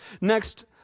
next